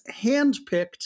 handpicked